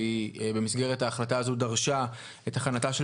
שהיא במסגרת ההחלטה הזו דרשה את הכנתה של